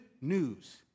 news